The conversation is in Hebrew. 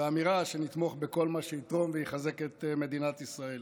עם אמירה שנתמוך בכל מה שיתרום ויחזק את מדינת ישראל.